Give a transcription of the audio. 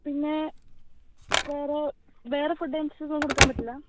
പിന്നെ വേറെ വേറെ ഫുഡ് ഐറ്റംസുകളൊന്നും കൊടുക്കാൻ പറ്റില്ല